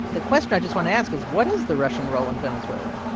the question i just want to ask is, what is the russian role in venezuela?